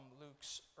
Luke's